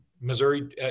Missouri